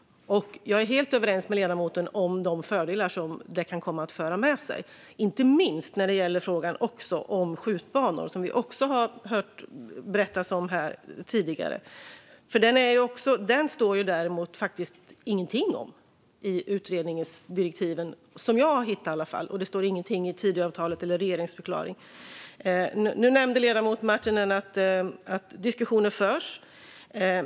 Jag är helt överens med ledamoten om de fördelar som detta kan komma att föra med sig - inte minst när det gäller frågan om skjutbanor, som vi också har hört berättas om här tidigare. Den står det faktiskt ingenting om i utredningsdirektiven, i alla fall inget som jag har hittat. Det står heller ingenting i Tidöavtalet eller i regeringsförklaringen. Nu nämnde ledamoten Marttinen att diskussionen förs.